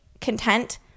content